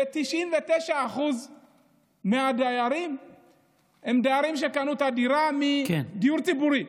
99% מהדיירים הם דיירים שקנו את הדירה מדיור ציבורי.